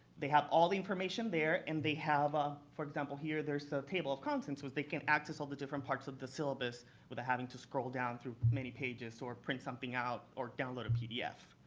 they have all the information there and they have, ah for example, here there's the table of contents, so they can access all the different parts of the syllabus without having to scroll down through many pages or print something out or download a pdf.